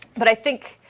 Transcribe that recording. but i think,